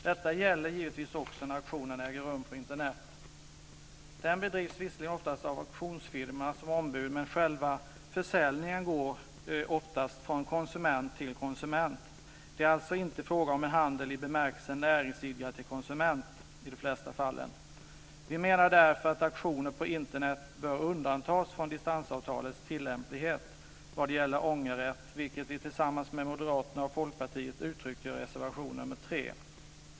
Detta gäller givetvis också när auktionen äger rum på Internet. Den bedrivs visserligen oftast av en auktionsfirma som ombud, men själva försäljningen går oftast från konsument till konsument. Det är alltså i de flesta fall inte fråga om handel i bemärkelsen från näringsidkare till konsument. Vi menar därför att auktioner på Internet bör undantas från distansavtalets tillämplighet vad gäller ångerrätt, vilket vi tillsammans med Moderaterna och Folkpartiet uttrycker i reservation nr 3.